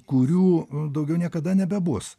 kurių daugiau niekada nebebus